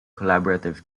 collaborative